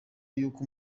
yuko